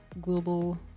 global